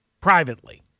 privately